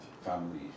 family